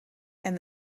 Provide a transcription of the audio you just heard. and